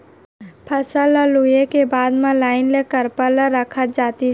फसल ल लूए के बाद म लाइन ले करपा ल रखत जातिस